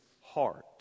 heart